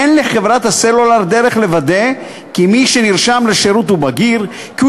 אין לחברת הסלולר דרך לוודא כי מי שנרשם לשירות הוא בגיר וכי